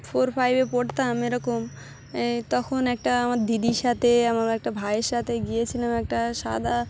four ফাইভে পড়তাম এরকম এই তখন একটা আমার দিদির সাথে আমার একটা ভাইয়ের সাথে গিয়েছিলাম একটা সাদা